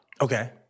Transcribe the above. Okay